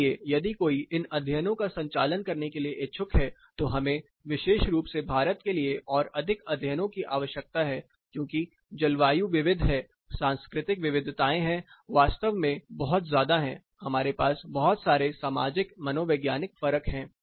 इसलिए यदि कोई इन अध्ययनों का संचालन करने के लिए इच्छुक है तो हमें विशेष रूप से भारत के लिए और अधिक अध्ययनों की आवश्यकता है क्योंकि जलवायु विविध है सांस्कृतिक विविधताएं वास्तव में बहुत ज्यादा हैं हमारे पास बहुत सारे सामाजिक मनोवैज्ञानिक फर्क हैं